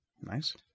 Nice